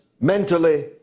mentally